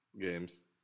games